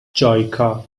جایکا